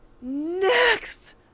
next